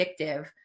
addictive